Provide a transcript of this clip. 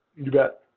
you bet.